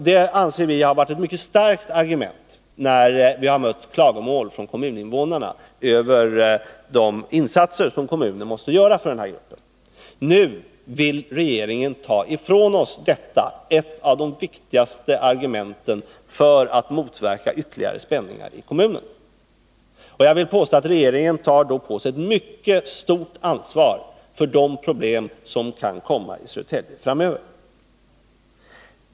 Det anser vi har varit ett mycket starkt argument, när vi mött klagomål från kommuninvånarna över de insatser som kommunen måste göra för den här gruppen. Nu vill regeringen ta ifrån oss detta argument — ett av de viktigaste för att motverka ytterligare spänningar inom kommunen. Jag vill påstå att regeringen därmed tar på sig ett mycket stort ansvar för de problem som kan komma att uppstå i Södertälje framöver.